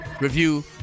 review